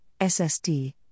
SSD